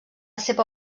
seva